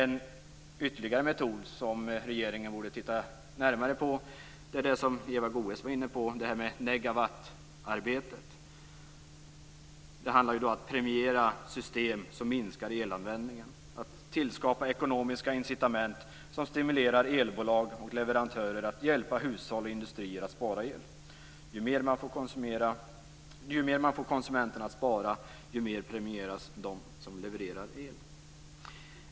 En ytterligare metod som regeringen borde titta närmare på är det som Eva Goës var inne på, nämligen det här med negawattarbetet. Det handlar om att premiera system som minskar elanvändningen. Man skall tillskapa ekonomiska incitament som stimulerar elbolag och leverantörer att hjälpa hushåll och industrier att spara el. Ju mer man får konsumenterna att spara, desto mer premieras de som levererar el.